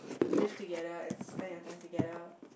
live together and spend your time together